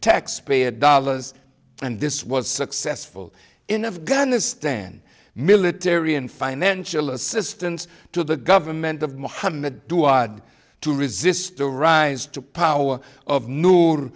taxpayer dollars and this was successful in afghanistan military and financial assistance to the government of mohammad to od to resist the rise to power of n